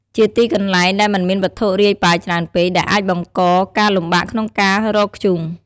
ជាទីកន្លែងដែលមិនមានវត្ថុរាយប៉ាយច្រើនពេក ដែលអាចបង្កការលំបាកក្នុងការរកធ្យូង។